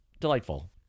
delightful